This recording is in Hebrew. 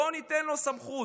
בוא ניתן לו סמכות,